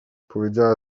powiedziała